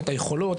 את היכולות,